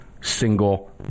single